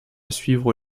suivre